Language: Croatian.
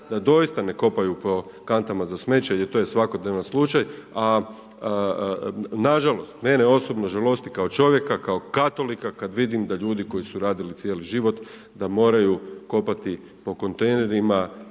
da doista ne kopaju po kantama za smeće jer to je svakodnevni slučaj. A nažalost, mene osobno žalosti kao čovjeka, kao katolika kad vidim da ljudi koji su radili cijeli život da moraju kopati po kontejnerima